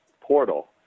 portal